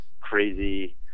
crazy